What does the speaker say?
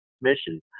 mission